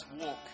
walk